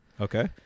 Okay